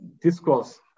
discourse